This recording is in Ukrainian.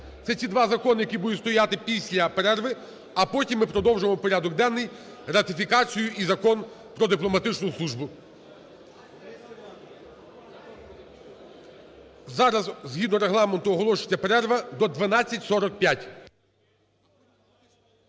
Це ці два закони, які будуть стояти після перерви, а потім ми продовжимо порядок денний: ратифікацію і Закон про дипломатичну службу. Зараз згідно Регламенту оголошується перерва до 12:45.